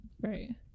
Right